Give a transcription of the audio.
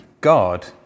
god